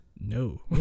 no